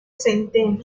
centeno